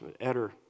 Edder